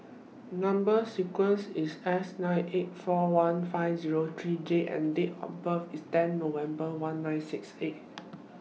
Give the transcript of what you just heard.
Number sequence IS S nine eight four one five Zero three J and Date of birth IS ten November one nine six eight